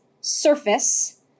surface